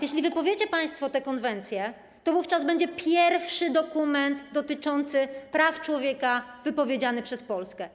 Jeśli wypowiecie państwo tę konwencję, to wówczas będzie pierwszy dokument dotyczący praw człowieka wypowiedziany przez Polskę.